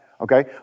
okay